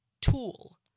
tool